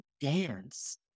Dance